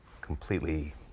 completely